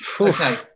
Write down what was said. Okay